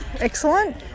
Excellent